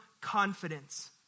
confidence